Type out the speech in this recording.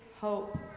hope